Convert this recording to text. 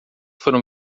foram